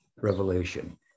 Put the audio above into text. revelation